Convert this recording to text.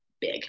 big